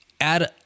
Add